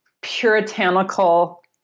puritanical